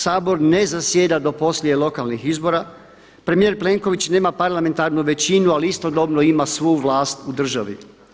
Sabor ne zasjeda do poslije lokalnih izbora, premijer Plenković nema parlamentarnu većinu, ali istodobno ima svu vlast u državi.